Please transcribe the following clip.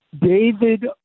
David